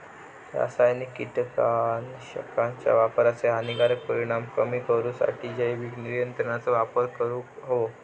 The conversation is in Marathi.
रासायनिक कीटकनाशकांच्या वापराचे हानिकारक परिणाम कमी करूसाठी जैविक नियंत्रणांचो वापर करूंक हवो